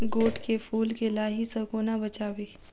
गोट केँ फुल केँ लाही सऽ कोना बचाबी?